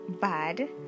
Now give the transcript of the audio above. bad